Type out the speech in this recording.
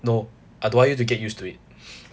no I don't want you to get used to it